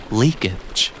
leakage